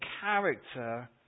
character